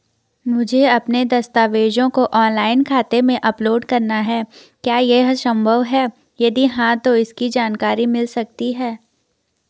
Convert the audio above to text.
मुझे अपने दस्तावेज़ों को ऑनलाइन खाते में अपलोड करना है क्या ये संभव है यदि हाँ तो इसकी जानकारी मिल सकती है?